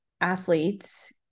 athletes